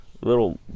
Little